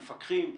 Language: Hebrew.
מקפחים,